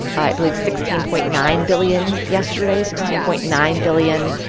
i believe, sixteen point nine billion yesterday sixteen point nine billion,